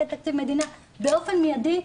באופן מיידי,